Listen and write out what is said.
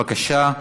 בבקשה.